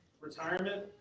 retirement